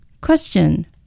Question